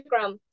Instagram